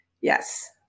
yes